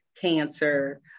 cancer